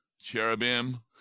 Cherubim